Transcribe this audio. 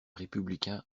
républicains